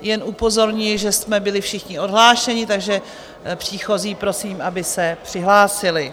Jen upozorňuji, že jsme byli všichni odhlášeni, takže příchozí prosím, aby se přihlásili.